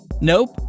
Nope